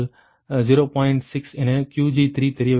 6 என Qg3 தெரியவில்லை